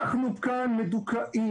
אנחנו כאן מדוכאים,